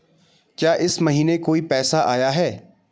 क्या इस महीने कोई पैसा आया है?